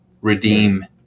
redeem